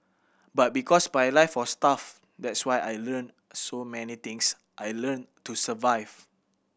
but because my life was tough that's why I learnt so many things I learnt to survive